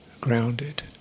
grounded